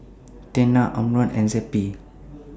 Tena Omron and Zappy